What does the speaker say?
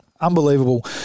unbelievable –